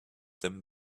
them